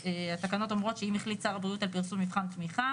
שהתקנות אומרות שאם החליט שר הבריאות על פרסום מבחן תמיכה